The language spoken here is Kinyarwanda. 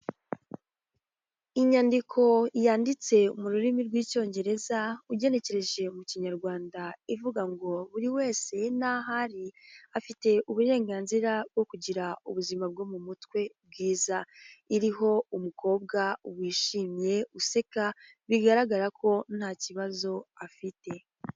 Inyandiko yanditse mu rurimi rw'icyongereza, ugenekereje mu kinyarwanda ivuga ngo buri wese n'aho ari afite uburenganzira bwo kugira ubuzima bwo mu mutwe bwiza, iriho umukobwa wishimye useka bigaragara ko nta kibazo afite.